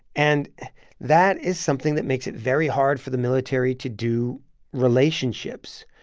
and that is something that makes it very hard for the military to do relationships.